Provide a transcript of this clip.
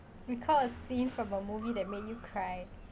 recall a scene from a movie that made you cry